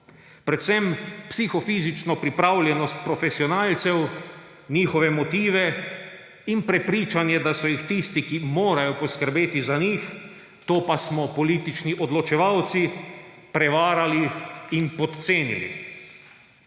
predvsem psihofizično pripravljenost profesionalcev, njihove motive in prepričanje, da so jih tisti, ki morajo poskrbeti za njih, to pa smo politični odločevalci, prevarali in podcenili.